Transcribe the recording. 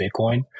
Bitcoin